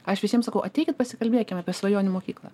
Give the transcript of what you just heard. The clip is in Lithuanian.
aš visiems sakau ateikit pasikalbėkim apie svajonių mokyklą